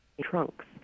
trunks